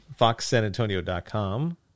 FoxSanAntonio.com